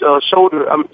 shoulder